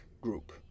group